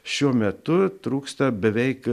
šiuo metu trūksta beveik